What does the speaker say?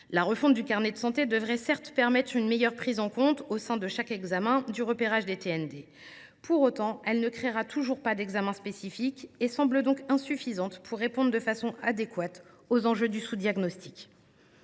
la refonte du carnet de santé devrait permettre une meilleure prise en compte, au sein de chaque examen, du repérage des TND. Pour autant, elle ne créera toujours pas d’examen spécifique et semble donc insuffisante pour répondre de façon adéquate aux enjeux du sous diagnostic.